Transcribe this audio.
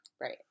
Right